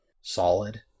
solid